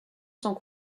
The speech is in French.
sans